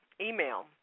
email